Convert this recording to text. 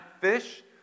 fish